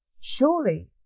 surely